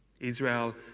israel